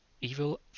evil